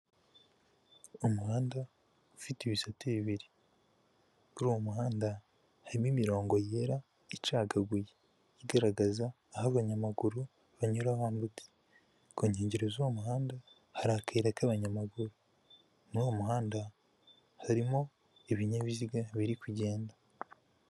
Umuhanda ufite ibisate bibiri, kuri uwo muhanda harimo imirongo yera icagaguye, igaragaza aho abanyamaguru banyura bambutse, ku nkengero z'uwo muhanda hari akayira k'abanyamaguru, muri uwo muhanda harimo ibinyabiziga biri kugenda.